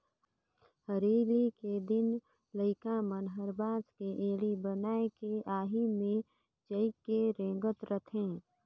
हरेली के दिन लइका मन हर बांस के गेड़ी बनायके आही मे चहके रेंगत रथे